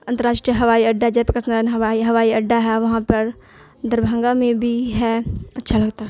انتراشٹریہ ہوائی اڈا جے پرکاش نرائن ہوائی ہوائی اڈا ہے وہاں پر دربھنگا میں بھی ہے اچھا لگتا ہے